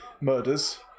murders